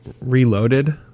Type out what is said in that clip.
Reloaded